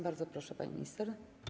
Bardzo proszę, pani minister.